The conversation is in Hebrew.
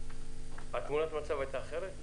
תמונת המצב הייתה אחרת?